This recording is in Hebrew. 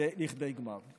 לכדי גמר.